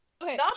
Okay